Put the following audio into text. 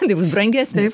tai bus brangesnis